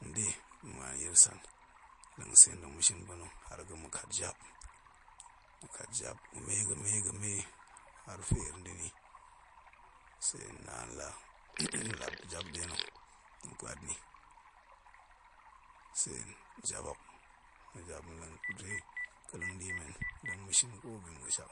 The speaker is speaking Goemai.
Hen muan yirsan, sen ma̱ leng ma̱ shin pa̱na̱ har ga̱ ma̱ ƙat tap ma̱ kat jap ga̱me- ga̱me har feer nda̱ ni sen naan la la muop nde̱ na̱ ma̱ puat ni sen jap hok, muop keleng diemen ma̱ shin kobi ma̱ ga̱shak